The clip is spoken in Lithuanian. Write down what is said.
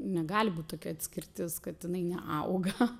negali būt tokia atskirtis kad jinai neauga